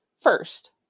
first